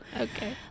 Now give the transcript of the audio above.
Okay